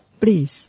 please